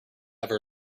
after